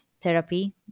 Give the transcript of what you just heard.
therapy